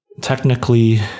Technically